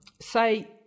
say